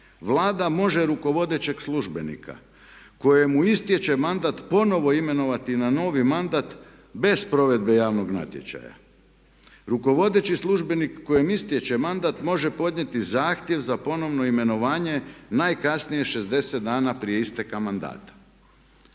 „Vlada može rukovodećeg službenika kojemu istječe mandat ponovno imenovati na novi mandat bez provedbe javnog natječaja. Rukovodeći službenik kojem istječe mandat može podnijeti zahtjev za ponovno imenovanje najkasnije 60 dana prije isteka mandata.“